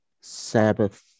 Sabbath